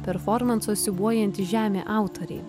performanso siūbuojanti žemė autoriai